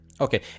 Okay